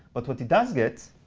but what it does get